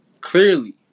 clearly